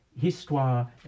Histoire